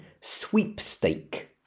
sweepstake